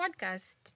podcast